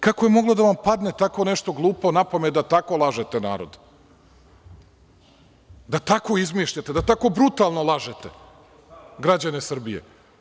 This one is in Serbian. Kako je moglo da vam padne tako nešto glupo napamet, da tako lažete narod, da tako izmišljate, da tako brutalno lažete građane Srbije?